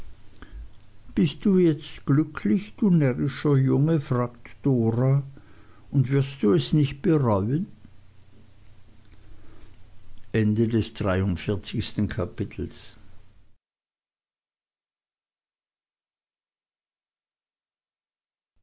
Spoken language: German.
bist du jetzt glücklich du närrischer junge fragt dora und wirst du es auch nicht bereuen